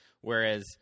whereas